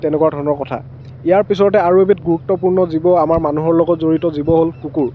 তেনেকুৱা ধৰণৰ কথা ইয়াৰ পিছতে আৰু এবিধ গুৰুত্বপূৰ্ণ জীৱ আমাৰ মানুহৰ লগত জড়িত জীৱ হ'ল কুকুৰ